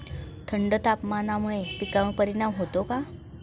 थंड तापमानामुळे पिकांवर परिणाम होतो का?